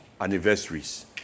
anniversaries